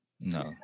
No